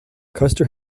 custer